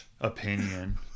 Opinion